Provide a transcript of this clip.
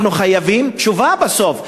אנחנו חייבים תשובה בסוף.